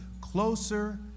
closer